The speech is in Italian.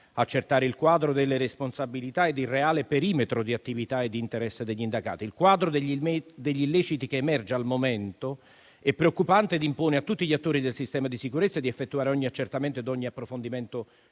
accertare il quadro delle responsabilità e il reale perimetro di attività e di interesse degli indagati. Il quadro degli illeciti che emerge al momento è preoccupante e impone a tutti gli attori del sistema di sicurezza di effettuare ogni accertamento e ogni approfondimento